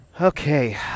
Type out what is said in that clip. Okay